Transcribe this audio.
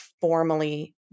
formally